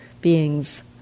beings